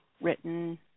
written